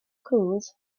cruise